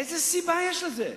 איזו סיבה יש לזה?